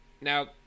Now